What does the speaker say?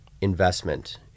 investment